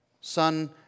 son